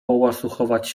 połasuchować